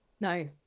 no